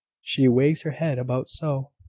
she wags her head about so.